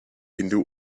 hindu